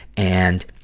and,